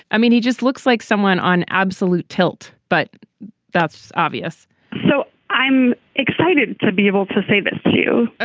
i mean he just looks like someone on absolute tilt. but that's obvious so i'm excited to be able to say this to you.